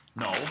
No